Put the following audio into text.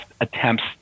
attempts